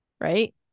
right